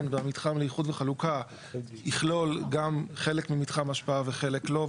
והמתחם לאיחוד וחלוקה יכלול גם חלק ממתחם השפעה וחלק לא,